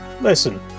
Listen